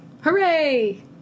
Hooray